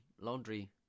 laundry